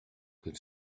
could